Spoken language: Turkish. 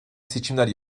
seçimler